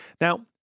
Now